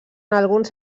alguns